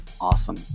Awesome